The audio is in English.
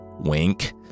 wink